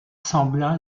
sembla